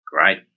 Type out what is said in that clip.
Great